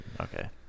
okay